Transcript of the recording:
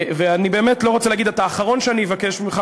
אני באמת לא רוצה להגיד: אתה האחרון שאני אבקש ממנו,